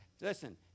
Listen